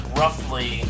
roughly